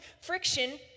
friction